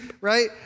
right